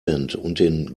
den